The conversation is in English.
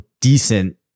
decent